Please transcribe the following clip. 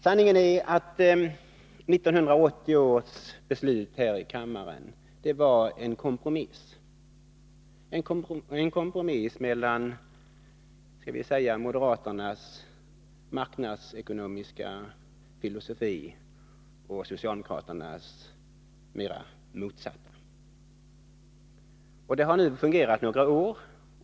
Sanningen är att 1980 års beslut här i kammaren var en kompromiss — en kompromiss mellan låt oss säga moderaternas marknadsekonomiska filosofi och socialdemokraternas motsatta filosofi. Beslutet har nu fungerat några år.